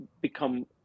become